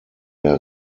der